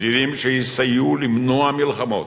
ידידים שיסייעו למנוע מלחמות,